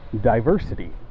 diversity